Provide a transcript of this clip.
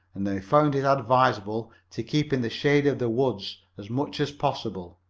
and they found it advisable to keep in the shade of the woods as much as possible.